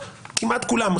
כמעט כולן,